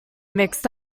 mixed